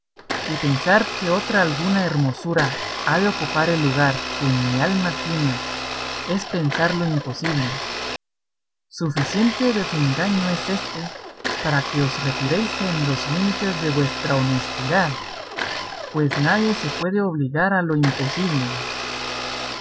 y pensar que otra alguna hermosura ha de ocupar el lugar que en mi alma tiene es pensar lo imposible suficiente desengaño es éste para que os retiréis en los límites de vuestra honestidad pues nadie se puede obligar a lo imposible